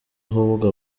ahubwo